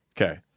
Okay